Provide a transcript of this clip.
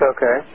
Okay